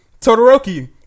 Todoroki